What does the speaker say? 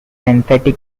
emphatic